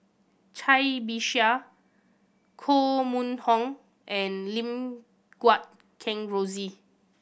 Cai Bixia Koh Mun Hong and Lim Guat Kheng Rosie